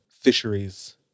fisheries